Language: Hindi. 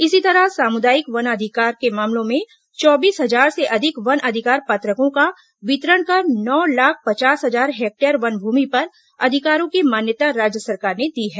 इसी तरह सामुदायिक वनाधिकार के मामलों में चौबीस हजार से अधिक वन अधिकार पत्रकों का वितरण कर नौ लाख पचास हजार हेक्टेयर वन भूमि पर अधिकारों की मान्यता राज्य सरकार ने दी है